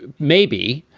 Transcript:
maybe.